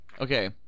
okay